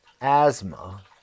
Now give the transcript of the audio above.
asthma